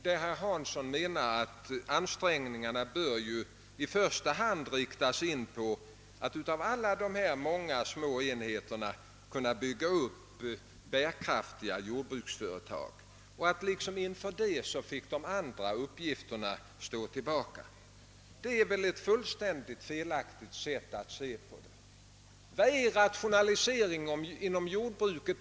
Herr Hansson i Skegrie menar att ansträngningarna i första hand bör inriktas på att av alla dessa små enheter bygga upp bärkraftiga jordbruksföretag och att övriga uppgifter bör få stå tillbaka. Det är väl ett fullkomligt felaktigt sätt att angripa problemet. Vad är rationaliseringen inom jordbruket?